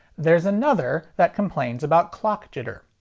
there's another that complains about clock jitter.